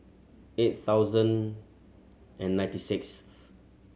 eight thousand and ninety sixth